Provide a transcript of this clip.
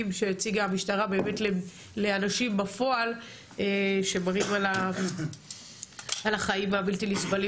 שהציגה המשטרה לאנשים בפועל שמדברים על החיים הבלתי נסבלים